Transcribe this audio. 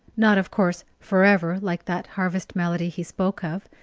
not of course for ever, like that harvest melody he spoke of,